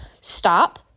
stop